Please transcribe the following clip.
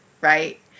right